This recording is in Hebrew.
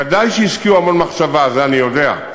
ודאי שהשקיעו המון מחשבה, זה אני יודע.